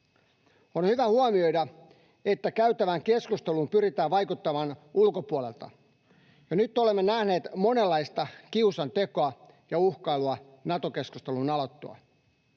On hyvä huomioida, että käytävään keskusteluun pyritään vaikuttamaan ulkopuolelta. Jo nyt olemme nähneet monenlaista kiusantekoa ja uhkailua Nato-keskustelun alettua.